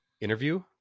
interview